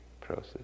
process